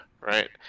Right